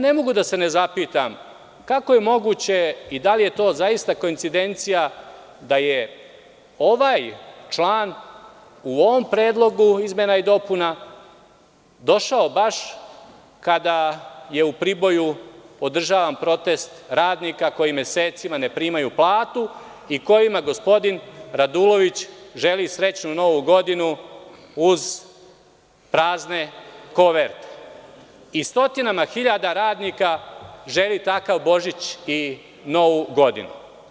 Ne mogu da se ne zapitam kako je moguće i da li je to zaista koincidencija da je ovaj član u ovom Predlogu izmena i dopuna došao baš kada je u Priboju održavan protest radnika koji mesecima ne primaju platu, i kojima gospodin Radulović želi srećnu Novu godinu uz prazne koverte, i stotinama hiljada radnika želi takav Božić i Novu Godinu?